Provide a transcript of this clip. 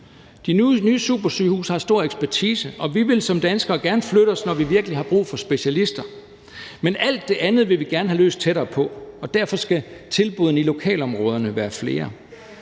De nye supersygehuse har stor ekspertise, og vi vil som danskere gerne flytte os, når vi virkelig har brug for specialister. Men alt det andet vil vi gerne have løst tættere på. Derfor skal tilbuddene i lokalområderne være flere.